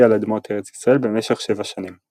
על אדמות ארץ ישראל במשך שבע שנים.